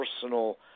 personal